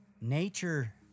nature